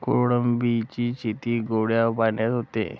कोळंबीची शेती गोड्या पाण्यात होते